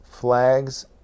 Flags